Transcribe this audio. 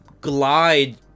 glide